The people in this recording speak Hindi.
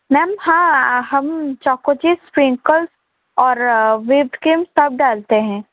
मैम हाँ हम चोको चिप्स स्प्रिंकल्स और विप क्रीम सब डालते हैं